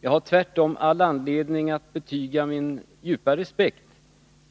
Jag har tvärtom all anledning att betyga min djupa respekt